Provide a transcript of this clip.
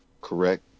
correct